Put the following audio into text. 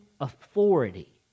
authority